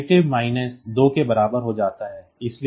तो यह relative address minus 2 के बराबर हो जाता है